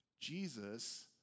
Jesus